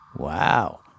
Wow